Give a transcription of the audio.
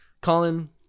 Colin